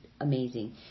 amazing